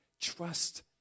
Trust